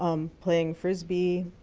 um playing frisbee,